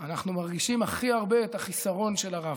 שבהם אנחנו מרגישים הכי הרבה את החיסרון של הרב.